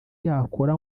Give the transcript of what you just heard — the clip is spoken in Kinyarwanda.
yakora